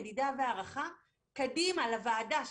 מדידה והערכה קדימה לוועדה,